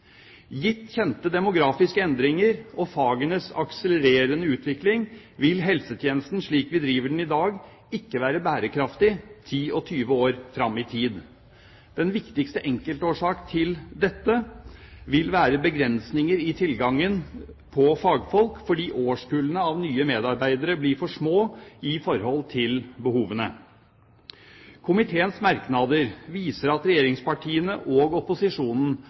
Gitt kjente demografiske endringer og fagenes akselererende utvikling vil helsetjenesten slik vi driver den i dag, ikke være bærekraftig ti og tjue år fram i tid. Den viktigste enkeltårsak til dette vil være begrensninger i tilgangen på fagfolk fordi årskullene av nye medarbeidere blir for små i forhold til behovene. Komiteens merknader viser at regjeringspartiene og opposisjonen